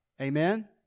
Amen